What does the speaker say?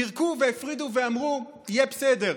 פירקו והפרידו ואמרו: יהיה בסדר.